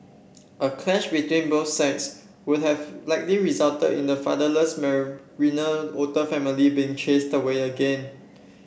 a clash between both sides would have likely resulted in the fatherless Marina otter family being chased away again